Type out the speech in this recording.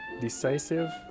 Decisive